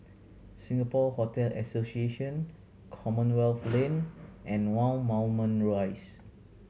Singapore Hotel Association Commonwealth Lane and One Moulmein Rise